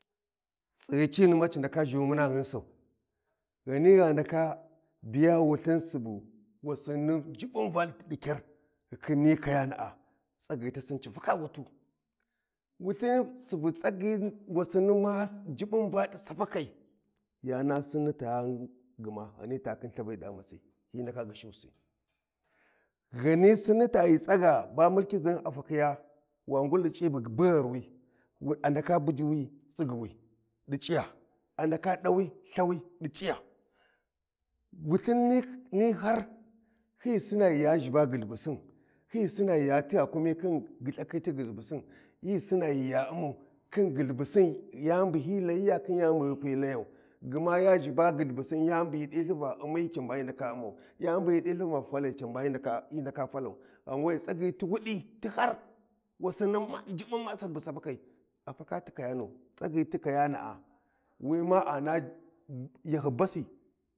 Tsighi cini ma ci ndaka zhuni muna gyinsau Ghani gha ndaka biya wulthin subu wassini jubbu valthi di kyar ghukhin ni kayana’a tsaghi tasin ci faka yani wutu wulthin subu tsaghi wassina may jubbun valthi sapakai yana sinni but agma Ghani ta khin lthavi di khimasi, hyi ndaka ghishusi. Ghani sinni ta ghi tsaga ba munkiziyhin a fakhinya, wan gul di c’I baghuwa, a ndaka bujuwi. Tsigyiwi di c’iya a ndaka dawi lthwi di c’iya wulthin ni har hyi sinna ghi ya zhiba ghulbusin hyi sinna tigha kummi khin gyulbakhin ti ghulbusin hyi sina ghi ya ummau khin ghulbusin yani bu hyi layiya khin yani bu hyi kwi layan gma ya zhiba ghulbusin yani bu hyi dilthin va falai can bay hi ndaka hyi ndaka falai ghan we’e tsaghi ti wudi ti har wassini tubbun masir bu safakai a fakati kayanu tsaghi ti kayana’a wi ma yahyi basi.